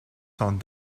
sont